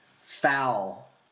foul